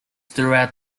throughout